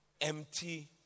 empty